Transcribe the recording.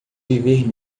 viver